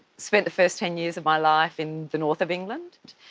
spent the first ten years of my life in the north of england,